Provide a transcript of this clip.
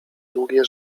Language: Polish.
długie